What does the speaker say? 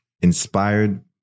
inspired